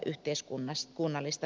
arvoisa puhemies